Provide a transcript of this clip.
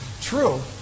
True